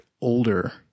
older